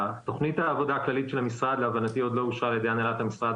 תכנית העבודה הכללית של המשרד להבנתי עוד לא אושרה על ידי הנהלת המשרד